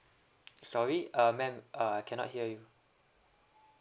sorry uh ma'am uh I cannot hear you